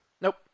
Nope